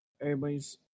everybody's